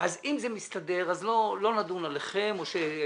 אז אם זה מסתדר אז לא נדון עליכם או שנשבח